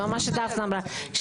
על מה שדפנה אמרה.